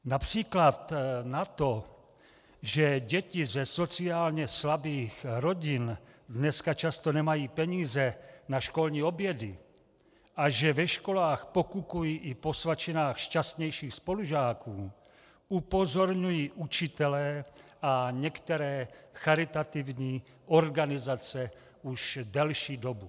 Například na to, že děti ze sociálně slabých rodin dneska často nemají peníze na školní obědy a že ve školách pokukují i po svačinách šťastnějších spolužáků, upozorňují učitelé a některé charitativní organizace už delší dobu.